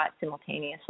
simultaneously